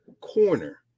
corner